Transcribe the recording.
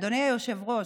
אדוני היושב-ראש,